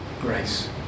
grace